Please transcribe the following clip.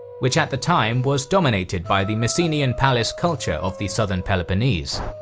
which at the time was dominated by the mycenean palace culture of the southern peleponnese.